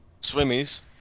swimmies